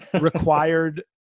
required